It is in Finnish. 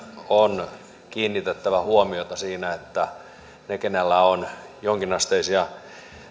on kiinnitettävä huomiota siihen että ne joilla on jonkinasteisia